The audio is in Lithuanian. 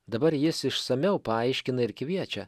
dabar jis išsamiau paaiškina ir kviečia